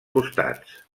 costats